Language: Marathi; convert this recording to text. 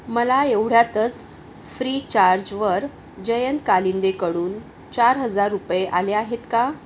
मला एवढ्यातच फ्रीचार्जवर जयंत कालिंदेकडून चार हजार रुपये आले आहेत का